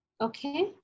okay